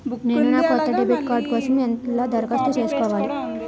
నేను నా కొత్త డెబిట్ కార్డ్ కోసం ఎలా దరఖాస్తు చేసుకోవాలి?